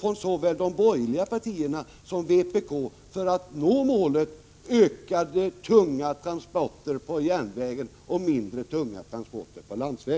från såväl de borgerliga partierna som vpk för att vi skall kunna nå målet: fler tunga transporter på järnväg och färre tunga transporter på landsväg.